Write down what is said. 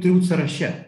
turi būt sąraše